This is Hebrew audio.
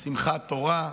שמחת תורה,